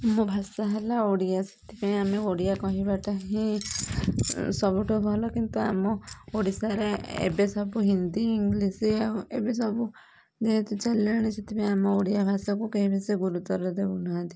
ମୋ ଭାଷା ହେଲା ଓଡ଼ିଆ ସେଥିପାଇଁ ଆମେ ଓଡ଼ିଆ କହିବାଟା ହିଁ ସବୁଠୁ ଭଲ କିନ୍ତୁ ଆମ ଓଡ଼ିଶାରେ ଏବେ ସବୁ ହିନ୍ଦୀ ଇଂଲିଶ୍ ଆଉ ଏବେ ସବୁ ଯେହେତୁ ଚାଲିଲାଣି ସେଥିପାଇଁ ଆମ ଓଡ଼ିଆ ଭାଷାକୁ କେହି ବେଶୀ ଗୁରୁତ୍ୱର ଦଉ ନାହାଁନ୍ତି